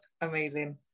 amazing